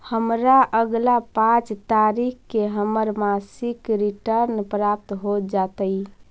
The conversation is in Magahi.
हमरा अगला पाँच तारीख के हमर मासिक रिटर्न प्राप्त हो जातइ